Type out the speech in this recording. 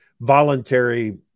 voluntary